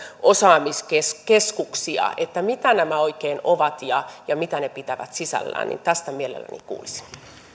osaamiskeskuksia mitä nämä oikein ovat ja ja mitä ne pitävät sisällään tästä mielelläni kuulisin